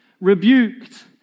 rebuked